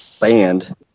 banned